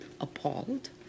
appalled